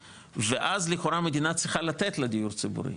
ואז לכאורה המדינה צריכה לתת לה דיור ציבורי,